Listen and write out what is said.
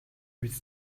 биз